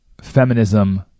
feminism